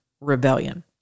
rebellion